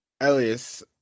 Elias